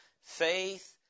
faith